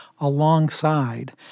alongside